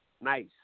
Nice